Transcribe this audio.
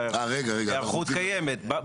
וההיערכות קיימת.